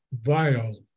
vile